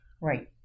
Right